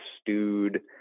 stewed